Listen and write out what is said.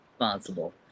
responsible